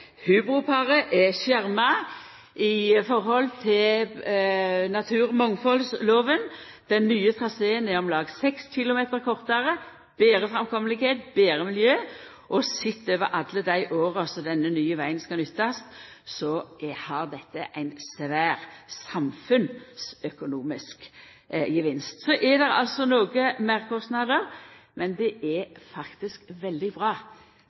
Hubroparet er skjerma i høve til naturmangfaldslova. Den nye traseen er om lag 6 km kortare, har betre framkommelegheit og gjev eit betre miljø. Sett i høve til alle dei åra som denne nye vegen skal nyttast, har dette ein svær samfunnsøkonomisk gevinst. Det er nokre meirkostnader, men det er veldig bra